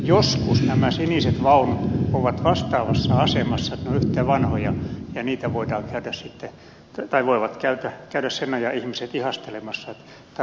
joskus nämä siniset vaunut ovat vastaavassa asemassa että ne ovat yhtä vanhoja ja niitä voivat käydä sen ajan ihmiset ihastelemassa että tällaisia olivat muun muassa